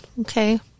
Okay